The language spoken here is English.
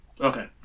Okay